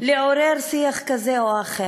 לעורר שיח כזה או אחר.